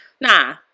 Nah